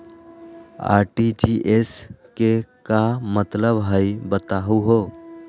RTGS के का मतलब हई, बताहु हो?